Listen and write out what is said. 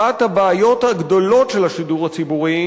אחת הבעיות הגדולות של השידור הציבורי